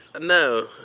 No